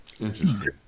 Interesting